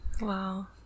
Wow